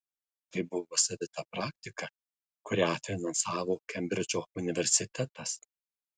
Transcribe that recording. tai buvo savita praktika kurią finansavo kembridžo universitetas